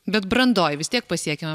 bet brandoj vis tiek pasiekiama